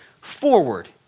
forward